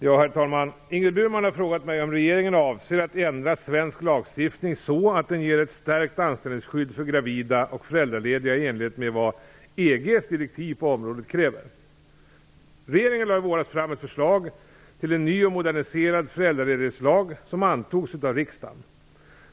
Herr talman! Ingrid Burman har frågat mig om regeringen avser att ändra svensk lagstiftning så att den ger ett stärkt anställningsskydd för gravida och föräldralediga i enlighet med vad EG:s direktiv på området kräver. Regeringen lade i våras fram ett förslag till en ny och moderniserad föräldraledighetslag, som antogs av riksdagen.